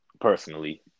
personally